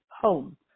home